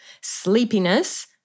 sleepiness